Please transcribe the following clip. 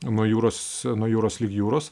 nuo jūros nuo jūros lig jūros